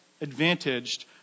advantaged